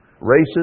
races